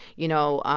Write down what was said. you know,